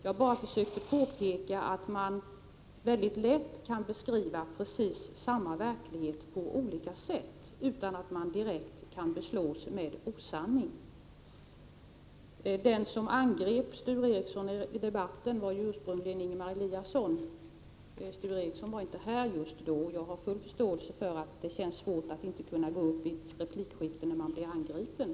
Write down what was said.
Jag försökte bara påpeka att man mycket lätt kan beskriva precis samma verklighet på olika sätt utan att man direkt kan beslås med osanning. Den som angrep Sture Ericson i debatten var ju ursprungligen Ingemar Eliasson. Sture Ericson var inte inne i kammaren just då, och jag har full förståelse för att det känns hårt att inte kunna gå uppi ett replikskifte när man blir angripen.